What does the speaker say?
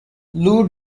lou